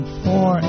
four